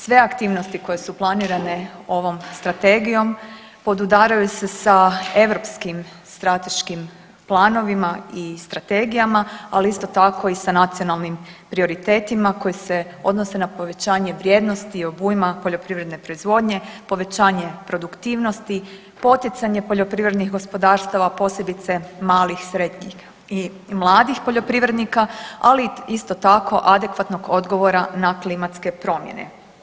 Sve aktivnosti koje su planirane ovom strategijom podudaraju se sa europskim strateškim planovima i strategijama, ali isto tako i sa nacionalnim prioritetima koji se odnose na povećanje vrijednosti obujma poljoprivredne proizvodnje, povećanje produktivnosti, poticanje poljoprivrednih gospodarstava posebice malih, srednjih i mladih poljoprivrednika, ali isto tako adekvatnog odgovora na klimatske promjene.